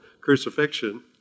crucifixion